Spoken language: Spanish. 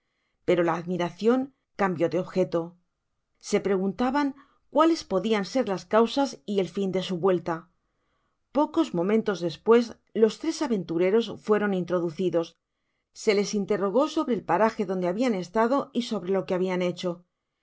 pero la admiracion cambio de objeto se preguntaban cuales podian ser las causas y el fin de su vuelta pocos momentos despues los tres aventureros fueron introducidos se les interrogó sobre el paraje donde habian estado y sobre lo que habian hecho